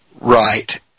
Right